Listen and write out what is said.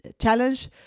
challenge